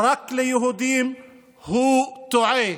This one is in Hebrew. רק ליהודים טועה,